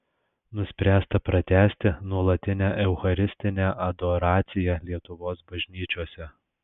nuspręsta pratęsti nuolatinę eucharistinę adoraciją lietuvos bažnyčiose